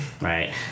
Right